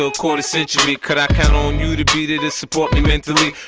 so quarter century could i count on you to be there to support me mentally?